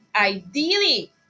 Ideally